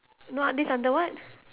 no uh this under what